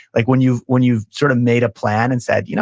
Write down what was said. like when you've when you've sort of made a plan and said, you know